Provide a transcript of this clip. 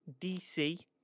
DC